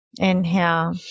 Inhale